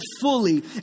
fully